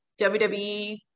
WWE